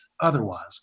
otherwise